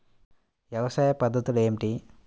వ్యవసాయ పద్ధతులు ఏమిటి?